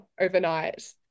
overnight